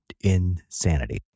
insanity